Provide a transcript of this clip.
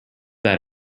that